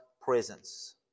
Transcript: presence